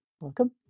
Welcome